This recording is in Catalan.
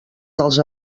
dels